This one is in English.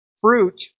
Fruit